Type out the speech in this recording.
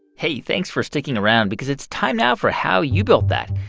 hey. thanks for sticking around because it's time now for how you built that.